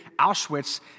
Auschwitz